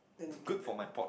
then you get the